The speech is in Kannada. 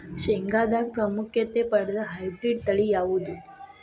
ಶೇಂಗಾದಾಗ ಪ್ರಾಮುಖ್ಯತೆ ಪಡೆದ ಹೈಬ್ರಿಡ್ ತಳಿ ಯಾವುದು?